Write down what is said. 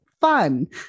fun